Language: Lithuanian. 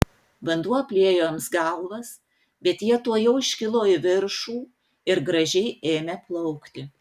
vanduo apliejo jiems galvas bet jie tuojau iškilo į viršų ir gražiai ėmė plaukti